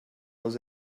was